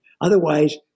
Otherwise